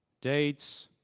dates,